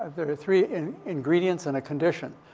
there are three in ingredients and a condition.